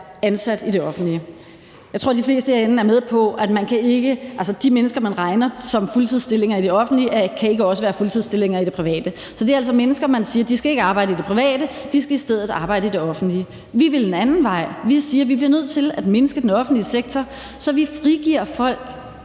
ansat i det offentlige frem mod 2035. Jeg tror, de fleste herinde er med på, at de fuldtidsstillinger, der er i det offentlige, ikke også kan være fuldtidsstillinger i det private, så det handler altså om mennesker, som man siger ikke skal arbejde i det private, men skal i stedet arbejde i det offentlige. Vi vil en anden vej; vi siger, at vi bliver nødt til at mindske den offentlige sektor, så vi frigiver folk